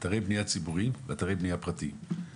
ציבוריים ופרטיים.